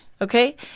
okay